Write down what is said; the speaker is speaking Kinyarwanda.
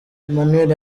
emmanuel